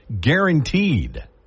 guaranteed